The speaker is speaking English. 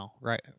right